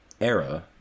era